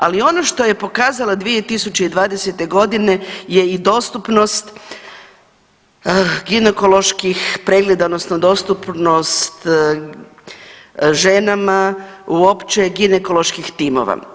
Ali ono što je pokazala 2020.g. je i dostupnost ginekoloških pregleda odnosno dostupnost ženama uopće ginekoloških timova.